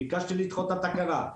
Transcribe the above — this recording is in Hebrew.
ביקשתי לדחות את התקנה.